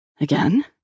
Again